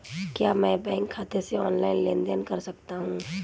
क्या मैं बैंक खाते से ऑनलाइन लेनदेन कर सकता हूं?